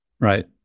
Right